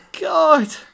God